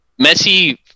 Messi